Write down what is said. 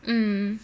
mm